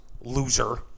Loser